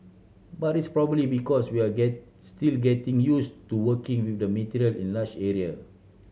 but it's probably because we are get still getting used to working with the material in large area